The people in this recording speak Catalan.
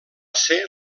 ser